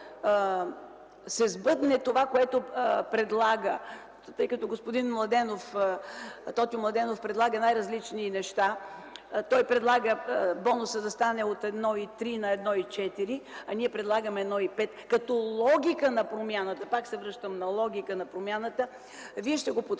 се сбъдне това, което предлага господин Тотю Младенов, а той предлага най-различни неща, той предлага бонусът да стане от 1,3 на 1,4, а ние предлагаме 1,5, като логика на промяната, пак се връщам на логиката на промяната, вие ще го подкрепите